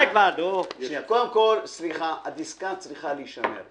קודם כל, הדסקה צריכה להישמר.